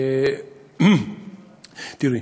תראי,